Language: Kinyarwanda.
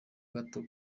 gato